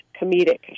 comedic